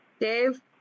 Dave